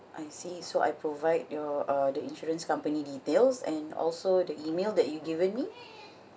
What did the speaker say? I see so I provide your uh the insurance company details and also the email that you given me